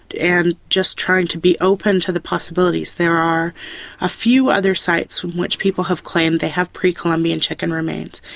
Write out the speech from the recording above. and just trying to be open to the possibilities. there are a few other sites from which people have claimed they have pre-columbian chicken remains,